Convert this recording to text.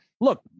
look –